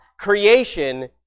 creation